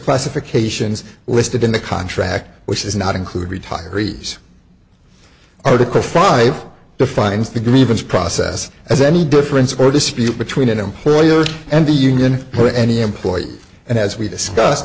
classifications listed in the contract which does not include retirees article five defines the grievance process as any difference or dispute between an employer and the union for any employee and as we discuss